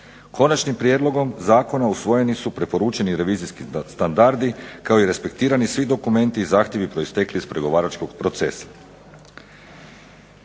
Konačnim prijedlogom zakona usvojeni su preporučeni revizijski standardi kao i respektirani svi dokumenti i zahtjevi proistekli iz pregovaračkog procesa.